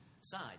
side